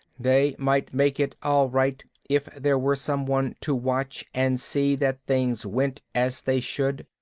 they might make it all right, if there were someone to watch and see that things went as they should.